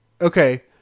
Okay